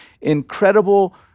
incredible